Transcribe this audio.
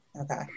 Okay